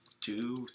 Two